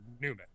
Newman